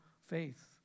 faith